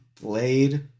Blade